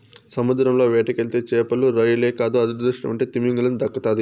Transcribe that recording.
సముద్రంల వేటకెళ్తే చేపలు, రొయ్యలే కాదు అదృష్టముంటే తిమింగలం దక్కతాది